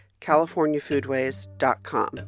californiafoodways.com